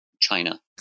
China